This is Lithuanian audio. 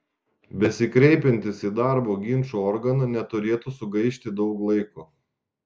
besikreipiantys į darbo ginčų organą neturėtų sugaišti daug laiko